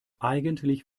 eigentlich